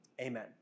amen